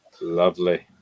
Lovely